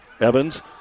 Evans